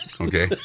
okay